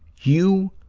you